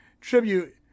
tribute